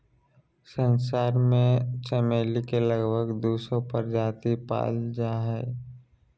संसार में चमेली के लगभग दू सौ प्रजाति पाल जा हइ